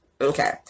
Okay